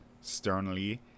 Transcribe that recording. sternly